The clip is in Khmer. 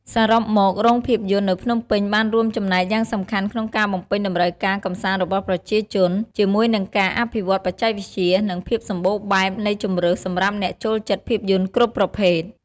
សរុបមក រោងភាពយន្តនៅភ្នំពេញបានរួមចំណែកយ៉ាងសំខាន់ក្នុងការបំពេញតម្រូវការកម្សាន្តរបស់ប្រជាជន ជាមួយនឹងការអភិវឌ្ឍបច្ចេកវិទ្យា និងភាពសម្បូរបែបនៃជម្រើសសម្រាប់អ្នកចូលចិត្តភាពយន្តគ្រប់ប្រភេទ។